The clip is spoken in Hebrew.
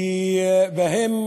שבהם